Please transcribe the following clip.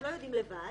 הם לא יודעים לבד,